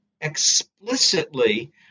explicitly